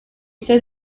says